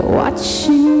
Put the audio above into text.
watching